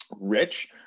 rich